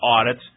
audits